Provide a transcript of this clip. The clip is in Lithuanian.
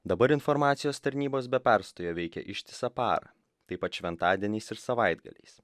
dabar informacijos tarnybos be perstojo veikia ištisą parą taip pat šventadieniais ir savaitgaliais